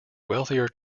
wealthier